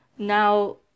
Now